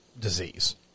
disease